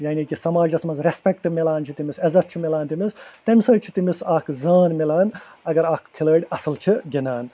یعنی کہِ سماجس منٛز رسپٮ۪کٹ مِلان چھِ تٔمِس عزت چھِ مِلان تٔمِس تَمہِ سۭتۍ چھِ تٔمِس اکھ زان مِلان اگر اکھ کھِلٲڑۍ اَصٕل چھِ گِنٛدان